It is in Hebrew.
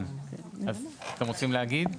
אתם רוצים להגיד?